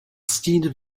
stín